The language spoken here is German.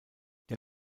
der